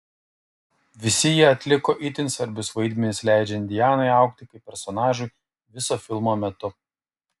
visi jie atliko itin svarbius vaidmenis leidžiant dianai augti kaip personažui viso filmo metu